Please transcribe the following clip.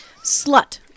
Slut